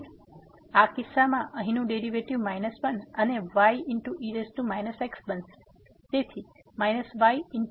તેથી આ કિસ્સામાં અહીંનું ડેરીવેટીવ 1 અને y e x બનશે તેથી ye x